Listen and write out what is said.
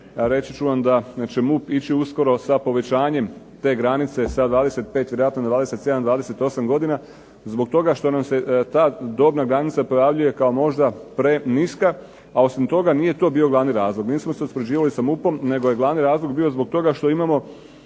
reći ću vam da će MUP ići uskoro sa povećanjem te granice, sa 25 vjerojatno na 27, 28 godina. Zato što nam se ta dobna granica pojavljuje možda preniska, a osim toga nije to bio glavni razlog, nismo se usklađivali sa MUP-om nego je glavni razlog bio zbog toga što imamo